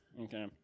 Okay